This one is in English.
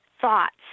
thoughts